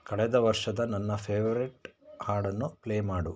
ಕಳೆದ ವರ್ಷದ ನನ್ನ ಫೇವರೇಟ್ ಹಾಡನ್ನು ಪ್ಲೇ ಮಾಡು